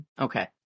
Okay